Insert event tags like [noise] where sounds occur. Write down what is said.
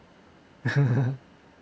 [laughs]